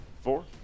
four